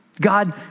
God